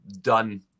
done